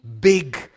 big